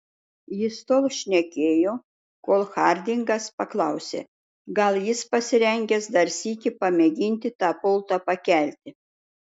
jis tol šnekėjo kol hardingas paklausė gal jis pasirengęs dar sykį pamėginti tą pultą pakelti